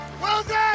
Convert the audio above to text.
Wilson